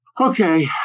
Okay